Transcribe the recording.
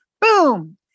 Boom